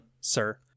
sir